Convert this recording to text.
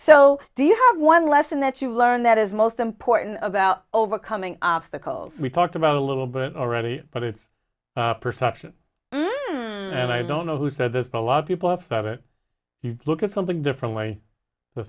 so do you have one lesson that you learned that is most important about overcoming obstacles we talked about a little bit already but it's perception and i don't know who said this but a lot of people have stopped it you look at something differently the